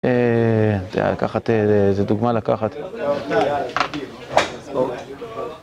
תהיה לקחת איזה דוגמא לקחת